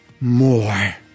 more